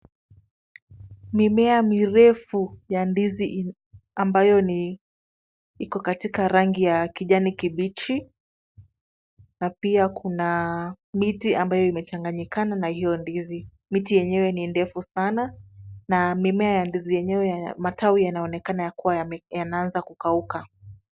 Mimea mirefu ya ndizi ambayo iko katika rangi ya kijani kibichi, na pia kuna miti ambayo imechanganyikana na hiyo ndizi. Miti yenyewe ni ndefu sana, na mimea ya ndizi yenyewe matawi yanaonekana kuwa yanaanza kukauka.